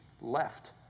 left